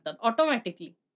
automatically